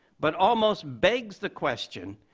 but almost begs the question,